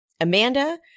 Amanda